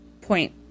point